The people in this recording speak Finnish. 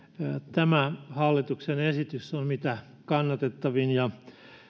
tämä hallituksen esitys on on mitä kannatettavin